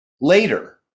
later